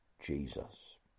Jesus